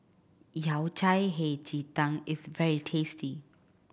Yao Cai Hei Ji Tang is very tasty